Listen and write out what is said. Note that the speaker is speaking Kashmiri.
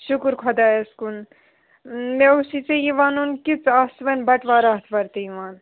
شُکُر خۄدایَس کُن مےٚ اوسُے ژےٚ یہِ وَنُن کہِ ژٕ آس وۄنۍ بَٹوار آتھوار تہِ یِوان